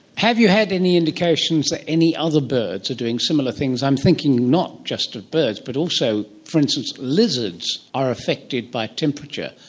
have you had any indications that any other birds are doing similar things? i'm thinking not just of birds but also, for instance, lizards are affected by temperature,